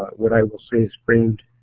what i will say is framed